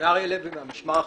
אני מהמשמר החברתי.